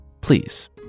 Please